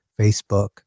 facebook